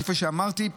כפי שאמרתי,